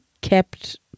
kept